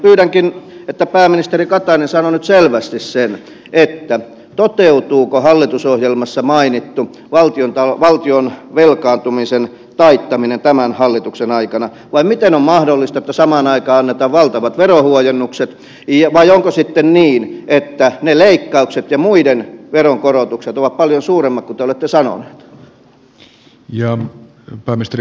pyydänkin että pääministeri katainen sanoo nyt selvästi sen toteutuuko hallitusohjelmassa mainittu valtion velkaantumisen taittaminen tämän hallituksen aikana vai miten on mahdollista että samaan aikaan annetaan valtavat verohuojennukset vai onko sitten niin että ne leikkaukset ja muiden veronkorotukset ovat paljon suuremmat kuin te olette sanoneet